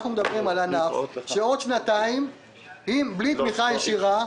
אנחנו מדברים על ענף שבעוד שנתיים בלי תמיכה ישירה,